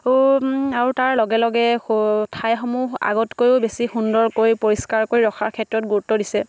আৰু তাৰ লগে লগে ঠাইসমূহ আগতকৈও বেছি সুন্দৰকৈ পৰিষ্কাৰকৈ ৰখাৰ ক্ষেত্ৰত গুৰুত্ব দিছে